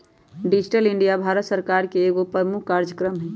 digital India Bharat सरकार का एगो प्रमुख काजक्रम हइ